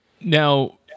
now